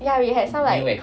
ya we had some like